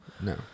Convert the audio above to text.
No